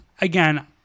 Again